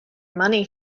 money